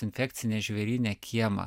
infekcinės žvėryne kiemą